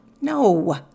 no